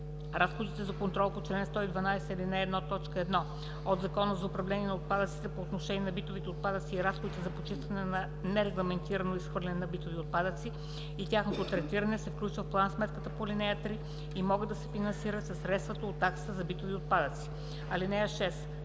Разходите за контрол по чл. 112, ал. 1, т. 1 от Закона за управление на отпадъците по отношение на битовите отпадъци и разходите за почистване на нерегламентирано изхвърляне на битови отпадъци и тяхното третиране се включват в план-сметката по ал. 3 и могат да се финансират със средствата от таксата за битови отпадъци. (6)